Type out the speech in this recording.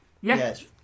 Yes